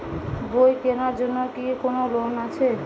বই কেনার জন্য কি কোন লোন আছে?